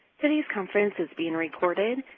today's conference is being recorded.